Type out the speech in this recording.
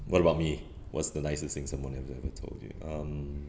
what about me what's the nicest thing someone has ever told you um